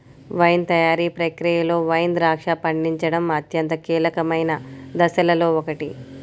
wine తయారీ ప్రక్రియలో wine ద్రాక్ష పండించడం అత్యంత కీలకమైన దశలలో ఒకటి